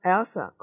Elsa